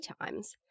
times